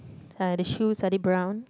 uh the shoes are they brown